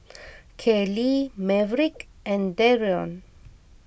Kayley Maverick and Darion